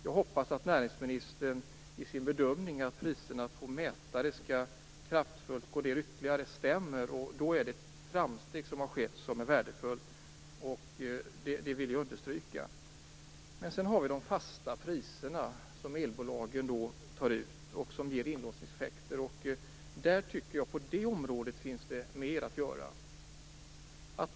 Jag hoppas att näringsministerns bedömning att priserna på mätare kraftfullt skall gå ned ytterligare stämmer. Då är det ett värdefullt framsteg som har skett. Det vill jag understryka. Men sedan har vi de fasta priserna som elbolagen tar ut och som ger inlåsningseffekter. På det området tycker jag att det finns mer att göra.